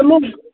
یِمَن